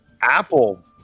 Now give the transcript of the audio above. apple